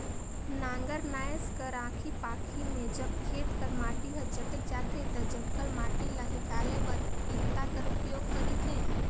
नांगर नाएस कर आखी पाखी मे जब खेत कर माटी हर जटेक जाथे ता जटकल माटी ल हिकाले बर इरता कर उपियोग करथे